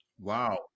Wow